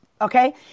Okay